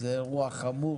זה אירוע חמור.